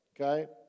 Okay